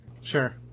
Sure